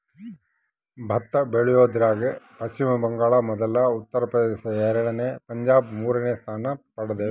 ಭತ್ತ ಬೆಳಿಯೋದ್ರಾಗ ಪಚ್ಚಿಮ ಬಂಗಾಳ ಮೊದಲ ಉತ್ತರ ಪ್ರದೇಶ ಎರಡನೇ ಪಂಜಾಬ್ ಮೂರನೇ ಸ್ಥಾನ ಪಡ್ದವ